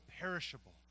perishable